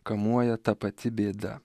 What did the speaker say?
kamuoja ta pati bėda